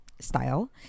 style